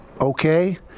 okay